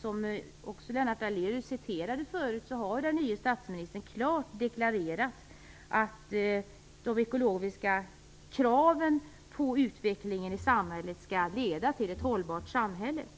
Som också Lennart Daléus sade förut har den nye statsministern klart deklarerat att de ekologiska kraven på utvecklingen i samhället skall leda till ett hållbart samhälle. Det